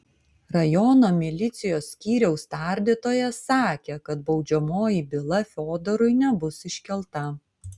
rajono milicijos skyriaus tardytojas sakė kad baudžiamoji byla fiodorui nebus iškelta